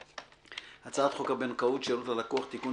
הצעת חוק הבנקאות (שירות ללקוח) (תיקון,